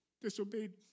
disobeyed